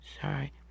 sorry